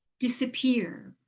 disappear